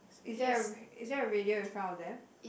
is there a is there a radio in front of them